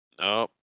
Nope